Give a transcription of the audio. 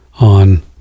on